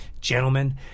gentlemen